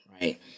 right